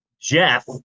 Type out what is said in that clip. Jeff